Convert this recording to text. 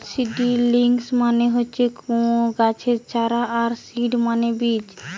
seedlings মানে হচ্ছে কুনো গাছের চারা আর সিড মানে বীজ